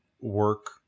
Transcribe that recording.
work